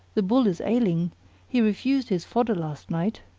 the bull is ailing he refused his fodder last night